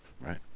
right